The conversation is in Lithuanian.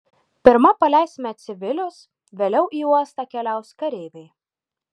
pirma paleisime civilius vėliau į uostą keliaus kareiviai